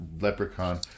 leprechaun